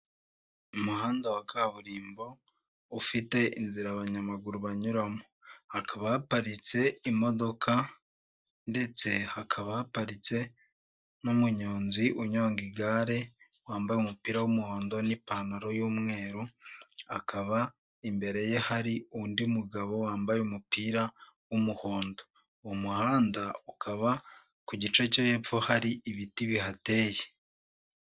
Umuhanda wa kaburimbo ufite inzira abanyamaguru banyuramo, hakaba haparitse imodoka ndetse hakaba haparitse n'umuyonzi unyonga igare, wambaye umupira w'umuhondo, n'ipantaro y'umweru akaba imbere ye hari undi mugabo wambaye umupira w'umuhondo uwo muhanda ukaba ku gice cyo hepfo hari ibiti bihateye.